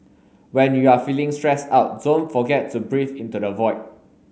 when you are feeling stressed out don't forget to breathe into the void